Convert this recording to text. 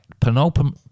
Penultimate